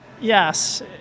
Yes